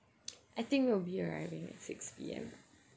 I think we'll be arriving at six P_M